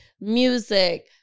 music